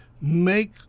make